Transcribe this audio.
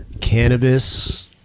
cannabis